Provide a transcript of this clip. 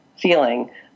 feeling